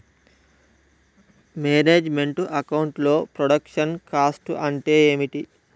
Manage meant account లో production cost అంటే ఏమిటి?